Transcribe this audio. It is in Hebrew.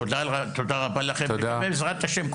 תודה רבה לכם ובעזרת השם,